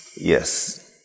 Yes